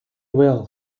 well